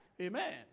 Amen